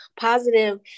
positive